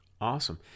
awesome